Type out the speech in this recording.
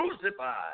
crucified